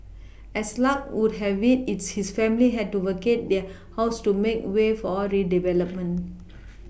as luck would have it its his family had to vacate their house to make way for redevelopment